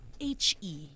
H-E